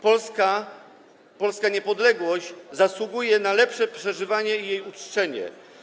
Polska, polska niepodległość zasługuje na lepsze przeżywanie i jej uczczenie.